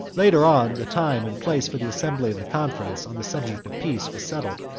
later on, the time and place for the assembly of the conference on the subject of peace were settled,